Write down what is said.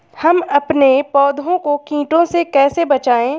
हम अपने पौधों को कीटों से कैसे बचाएं?